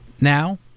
now